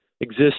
exist